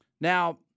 Now